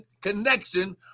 connection